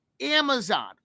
Amazon